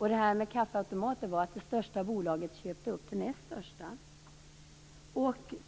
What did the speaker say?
När det gällde kaffeautomaterna köpte det största bolaget upp det näst största.